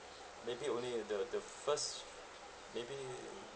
maybe only at the the first maybe